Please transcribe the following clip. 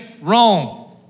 Rome